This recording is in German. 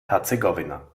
herzegowina